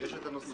יש את הנושא